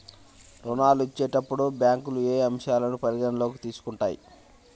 ఋణాలు ఇచ్చేటప్పుడు బ్యాంకులు ఏ అంశాలను పరిగణలోకి తీసుకుంటాయి?